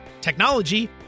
technology